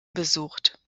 besucht